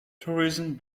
tourism